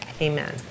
Amen